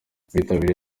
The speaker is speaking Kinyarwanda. byitabiriwe